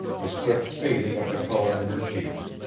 the swift fading of the color in her cheeks,